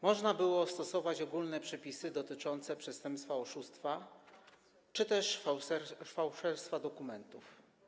Można było stosować ogólne przepisy dotyczące przestępstwa oszustwa czy też fałszerstwa dokumentów.